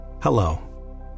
Hello